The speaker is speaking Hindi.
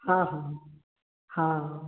हाँ हाँ हाँ